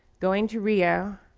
going to rio,